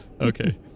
Okay